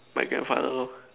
my grandfather lor